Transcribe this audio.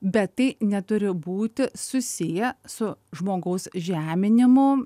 bet tai neturi būti susiję su žmogaus žeminimu